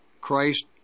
Christ